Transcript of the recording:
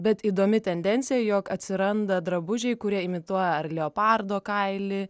bet įdomi tendencija jog atsiranda drabužiai kurie imituoja ar leopardo kailį